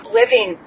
living